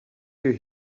you